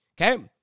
okay